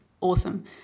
awesome